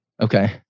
Okay